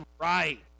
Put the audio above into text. Right